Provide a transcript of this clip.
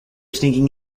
sneaking